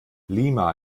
lima